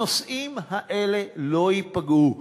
הנושאים האלה לא ייפגעו.